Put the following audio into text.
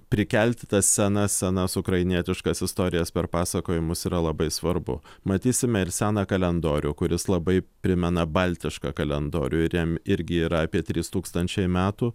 prikelti tą sceną senas ukrainietiškas istorijas per pasakojimus yra labai svarbu matysime ir seną kalendorių kuris labai primena baltišką kalendorių ir jam irgi yra apie trys tūkstančiai metų